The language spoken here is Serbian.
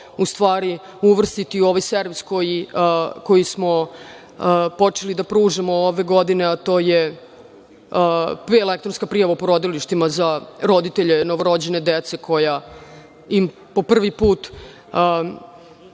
u stvari uvrstiti u ovaj servis koji smo počeli da pružamo ove godine, a to je elektronska prijava u porodilištima za roditelje novorođene dece, koja po prvi put